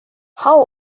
how